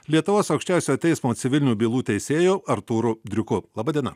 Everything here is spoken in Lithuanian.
lietuvos aukščiausiojo teismo civilinių bylų teisėju artūru driuku laba diena